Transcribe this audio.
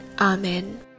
amen